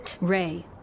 Ray